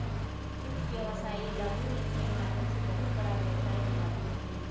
कुछ व्यवसायी लघु ऋण के माध्यम से बहुत बड़ा व्यवसाय बनाते हैं